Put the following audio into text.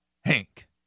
Hank